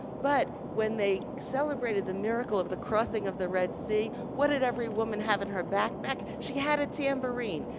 but when they celebrated the miracle of the crossing of the red sea, what did every woman have in her backpack? she had a tambourine.